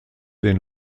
den